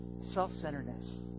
self-centeredness